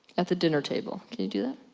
at the dinner table. can you do that?